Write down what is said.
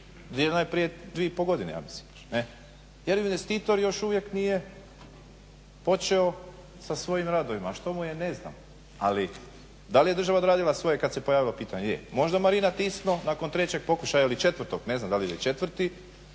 marina, …/Govornik se ne razumije/… jer investitor još uvijek nije počeo sa svojim radovima. A što mu je? Ne znam, ali da li je država odradila svoje kad se pojavilo pitanje? Je, možda marina Tisno nakon trećeg pokušaja ili četvrtog, ne znam dal' je četvrti,